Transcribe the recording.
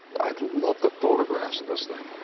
i love the photographs of this thing.